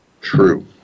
true